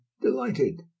Delighted